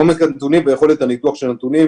עומק הנתונים ויכולת הניתוח של הנתונים.